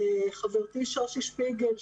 חברתי שושי שפיגל,